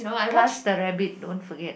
plus the rabbit don't forget